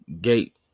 gate